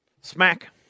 smack